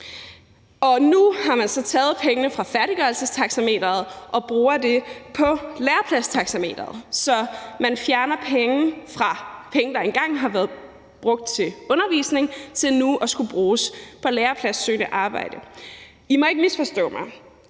Nu tager man så pengene fra færdiggørelsestaxameteret og bruger dem på lærepladstaxameteret. Så man fjerner penge, der engang har været brugt til undervisning, og bruger dem nu på lærepladsopsøgende arbejde. I må ikke misforstå mig: